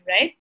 right